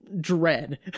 dread